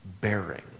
bearing